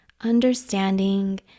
understanding